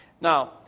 Now